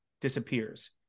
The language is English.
disappears